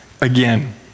again